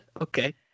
okay